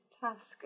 task